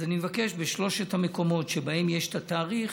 אז אני מבקש, בשלושת המקומות שבהם יש את התאריך,